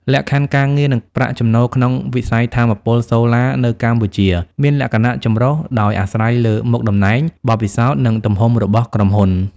លក្ខខណ្ឌការងារ និងប្រាក់ចំណូលក្នុងវិស័យថាមពលសូឡានៅកម្ពុជាមានលក្ខណៈចម្រុះ ដោយអាស្រ័យលើមុខតំណែង បទពិសោធន៍ និងទំហំរបស់ក្រុមហ៊ុន។